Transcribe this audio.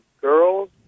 girls